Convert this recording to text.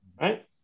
right